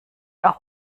auch